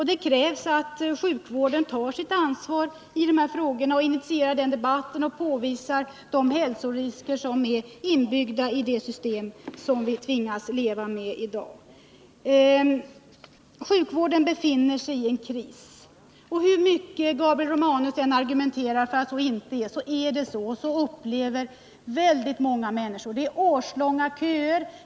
Det krävs att sjukvården tar sitt ansvar i de här frågorna och initierar en debatt om dem och påvisar de hälsorisker som finns inbyggda i det system som vi tvingas leva med i dag. Sjukvården befinner sig i en kris. Hur mycket Gabriel Romanus än Nr 49 argumenterar för att den inte gör det, så är det så. Så upplever många Tisdagen den människor det. Det är årslånga köer.